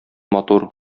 матур